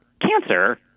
cancer